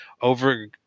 over